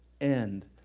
end